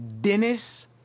Dennis